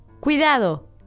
Cuidado